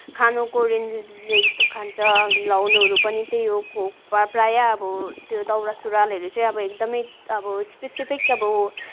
खानु कोरियनले जस्तो खान्छ लाउनुहरू पनि त्यही हो को प्रायः अब त्यो दौरा सुरूवालहरू चाहिँ अब एकदमै अब स्पेसिफिक अब